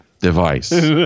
device